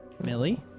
Millie